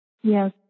Yes